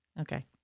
okay